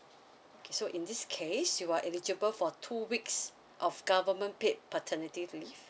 so in this case you are eligible for two weeks of government paid paternity leave